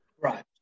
Right